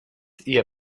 ihr